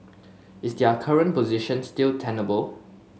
is their current position still tenable